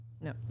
No